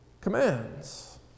commands